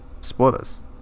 spoilers